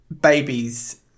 babies